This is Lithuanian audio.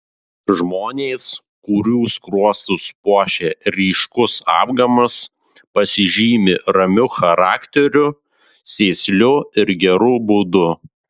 žmonės kurių skruostus puošia ryškus apgamas pasižymi ramiu charakteriu sėsliu ir geru būdu